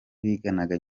biganaga